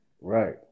Right